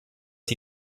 sie